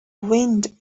wind